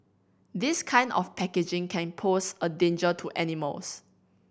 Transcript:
this kind of packaging can pose a danger to animals